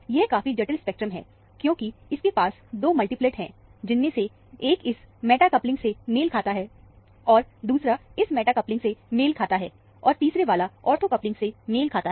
यह काफी जटिल स्पेक्ट्रम है क्योंकि इसके पास दो मल्टीप्लेट है जिनमें से एक इस मेटा कपलिंग से मेल खाता है और दूसरा इस मेटा कपलिंग से मेल खाता है और तीसरे वाला ऑर्थो कपलिंग से मेल खाता है